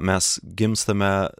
mes gimstame